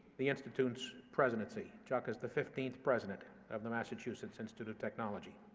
the institute's presidency. chuck is the fifteenth president of the massachusetts institute of technology.